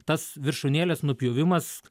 tas viršūnėlės nupjovimas